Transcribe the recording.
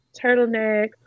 turtleneck